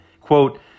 quote